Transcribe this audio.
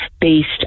based